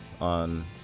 on